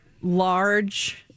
large